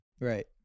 Right